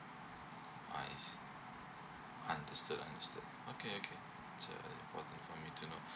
I see understood understood okay okay it's err important for me to know